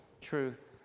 truth